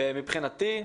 מבחינתי,